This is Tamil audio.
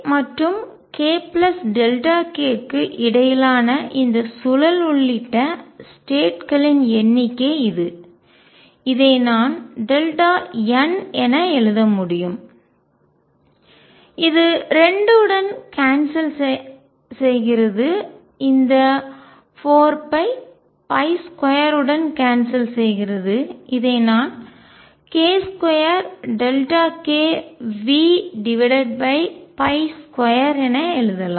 k மற்றும் kk க்கு இடையிலான இந்த சுழல் உள்ளிட்ட ஸ்டேட் களின் எண்ணிக்கை இது இதை நான் N என எழுத முடியும் இது 2 உடன் கான்செல் செய்கிறது இந்த 4π 2 உடன் கான்செல் செய்கிறது இதை நான் k2kV2 என எழுதலாம்